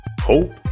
hope